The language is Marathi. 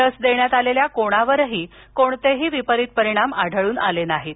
लस देण्यात आलेल्या कोणावरही कोणतेही विपरित परिणाम आढळून आले नाहीत